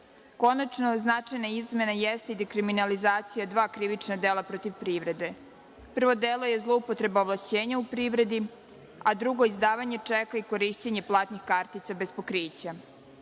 lica. Konačno, značajna izmena jeste dekriminalizacija dva krivična dela protiv privrede. Prvo delo je zloupotreba ovlašćenja u privredi, a drugo izdavanje čeka i korišćenje platnih kartica bez pokrića.